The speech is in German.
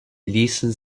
ließen